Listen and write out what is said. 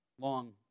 Long